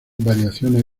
variaciones